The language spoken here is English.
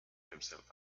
himself